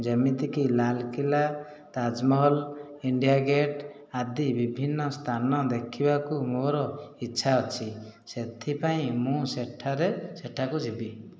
ଯେମିତିକି Lal Qila Taj Mahal India Gate ଆଦି ବିଭିନ୍ନ ସ୍ଥାନ ଦେଖିବାକୁ ମୋର ଇଚ୍ଛା ଅଛି ସେଥିପାଇଁ ମୁଁ ସେଠାରେ ସେଠାକୁ ଯିବି